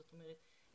זאת אומרת,